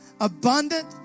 abundant